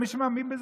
מי שמאמין בזה,